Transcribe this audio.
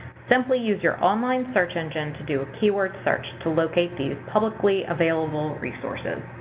simply use your online search engine to do a keyword search to locate these publicly available resources.